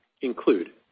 include